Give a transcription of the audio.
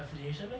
affiliation meh